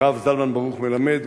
הרב זלמן ברוך מלמד,